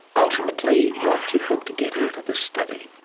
ultimately what do you hope to get out of this study?